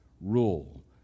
rule